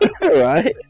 Right